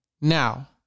Now